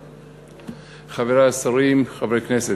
חברי השרים, חברי הכנסת,